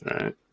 Right